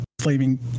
flaming